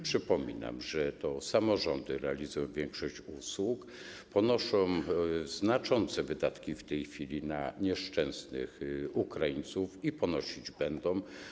Przypominam, że to samorządy realizują większość usług, ponoszą znaczące wydatki w tej chwili na nieszczęsnych Ukraińców i ponosić będą.